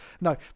No